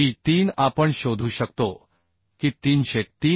P3 आपण शोधू शकतो की303